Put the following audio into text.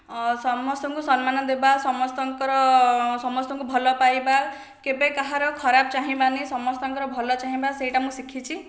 ସମସ୍ତଙ୍କୁ ସମ୍ମାନ ଦେବା ସମସ୍ତଙ୍କର ସମସ୍ତଙ୍କୁ ଭଲ ପାଇବା କେବେ କାହାର ଖରାପ ଚାହିଁବାନି ସମସ୍ତଙ୍କର ଭଲ ଚାହିଁବା ସେଇଟା ମୁଁ ଶିଖିଛି